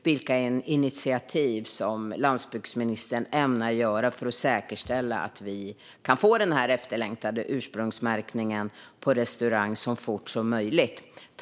Vilka initiativ ämnar landsbygdsministern ta för att säkerställa att vi kan få den efterlängtade ursprungsmärkning på restauranger så fort som möjligt?